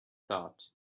thought